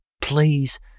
please